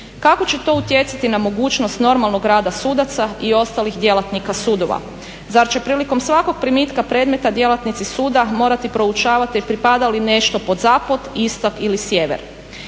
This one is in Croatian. Kako će to utjecati na mogućnost normalnog rada sudaca i ostalih djelatnika sudova, zar će prilikom svakog primitka predmeta djelatnici suda morati proučavati pripada li nešto pod zapad, istok ili sjever.